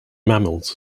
mammals